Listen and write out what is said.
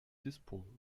dispo